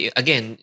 again